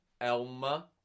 Elma